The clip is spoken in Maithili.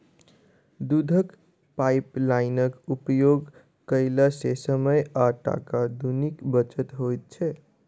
दूधक पाइपलाइनक उपयोग कयला सॅ समय आ टाका दुनूक बचत होइत छै